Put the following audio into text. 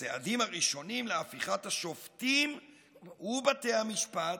הצעדים הראשונים להפיכת השופטים ובתי המשפט,